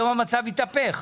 היום המצב התהפך: